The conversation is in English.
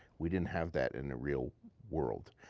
we didn't have that in the real world,